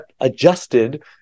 adjusted